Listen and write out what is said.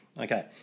Okay